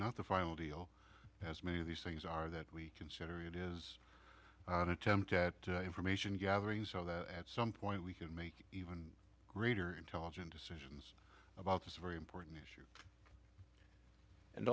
not the final deal as many of these things are that we consider it is an attempt at information gathering so that at some point we can make even greater intelligent decision about this very important